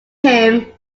him